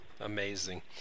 amazing